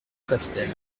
palestel